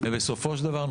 ובסופו של דבר,